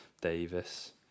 Davis